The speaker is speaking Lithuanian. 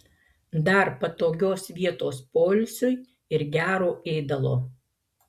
dar patogios vietos poilsiui ir gero ėdalo